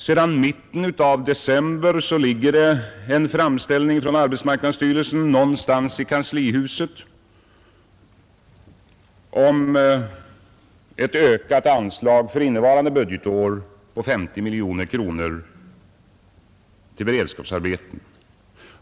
Sedan mitten av december ligger det någonstans i kanslihuset en framställning från arbetsmarknadsstyrelsen om ett med 50 miljoner kronor ökat anslag till beredskapsarbeten för innevarande budgetår.